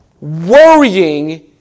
worrying